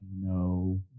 no